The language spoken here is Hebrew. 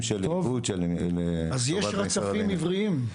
טוב, אז יש רצפים עבריים.